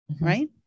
right